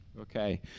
Okay